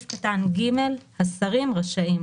(ג)השרים רשאים,